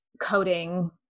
coding